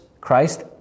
Christ